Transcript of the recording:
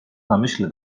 namyśle